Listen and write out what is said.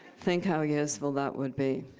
think how useful that would be.